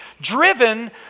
driven